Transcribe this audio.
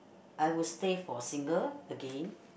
I would stay for single again